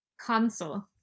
console